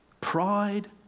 pride